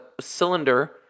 cylinder